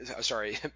sorry